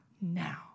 now